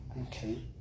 okay